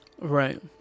Right